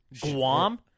Guam